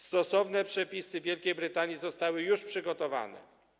Stosowne przepisy w Wielkiej Brytanii zostały już przygotowane.